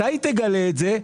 מתי היא תגלה את זה?